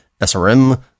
SRM